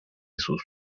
sus